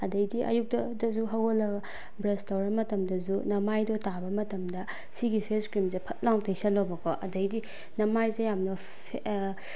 ꯑꯗꯩꯗꯤ ꯑꯌꯨꯛꯇꯁꯨ ꯍꯧꯒꯠꯂꯒ ꯕ꯭ꯔꯁ ꯇꯧꯔ ꯃꯇꯝꯗꯁꯨ ꯅꯃꯥꯏꯗꯣ ꯇꯥꯕ ꯃꯇꯝꯗ ꯁꯤꯒꯤ ꯐꯦꯁ ꯀ꯭ꯔꯤꯝꯁꯦ ꯐꯠ ꯂꯥꯎ ꯇꯩꯁꯤꯜꯂꯣꯕꯀꯣ ꯑꯗꯩꯗꯤ ꯅꯃꯥꯏꯁꯦ ꯌꯥꯝꯅ